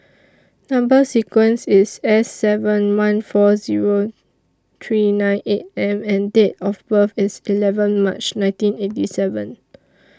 Number sequence IS S seven one four Zero three nine eight and and Date of birth IS eleven March nineteen eighty seven